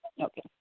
Okay